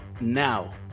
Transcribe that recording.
now